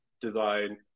design